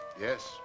Yes